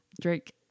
Drake